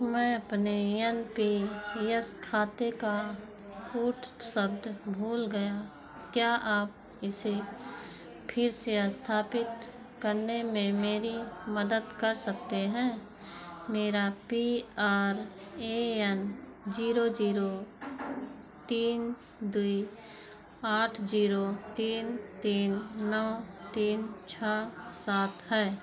मैं अपने N P S खाते का कूटशब्द भूल गया क्या आप इसे फिर से स्थापित करने में मेरी मदद कर सकते हैं मेरा P R A N zero zero तीन दूइ आठ जीरो तीन तीन नौ तीन छः सात है